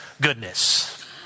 goodness